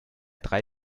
drei